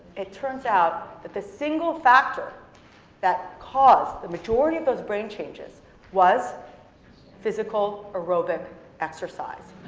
it turns out that the single factor that caused the majority of those brain changes was physical aerobic exercise.